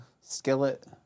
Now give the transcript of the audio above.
Skillet